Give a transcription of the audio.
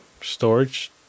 storage